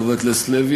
חבר הכנסת לוי,